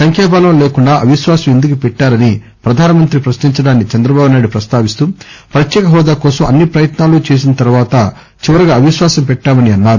సంఖ్యా బలం లేకుండా అవిశ్వాసం ఎందుకు పెట్టారని ప్రధాన మంత్రి ప్రశ్నించడాన్ని చంద్రబాబు నాయుడు ప్రస్తావిస్తూ ప్రత్యేక హోదా కోసం అన్ని ప్రయాత్సాలు చేసిన తరువాత చివరగా అవిశ్వాసం పెట్టామని చెప్పారు